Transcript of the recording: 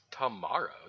tomorrow